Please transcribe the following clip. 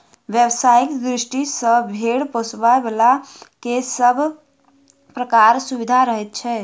व्यवसायिक दृष्टि सॅ भेंड़ पोसयबला के सभ प्रकारक सुविधा रहैत छै